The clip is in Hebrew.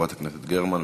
חברת הכנסת גרמן.